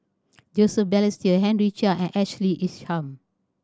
Joseph Balestier Henry Chia and Ashley Isham